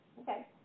Okay